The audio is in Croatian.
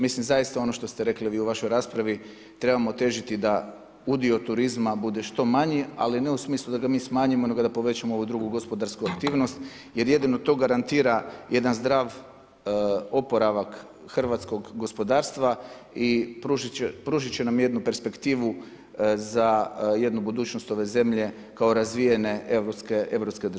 Mislim zaista ono što ste vi rekli u vašoj raspravi, trebamo težiti da udio turizma bude što manje ali ne u smislu da ga mi smanjimo nego da povećamo ovu drugu gospodarsku aktivnost jer jedino to garantira jedan zdrav oporavak hrvatskog gospodarstva i pružit će nam jednu perspektivu za jednu budućnost ove zemlje kao razvijene europske države.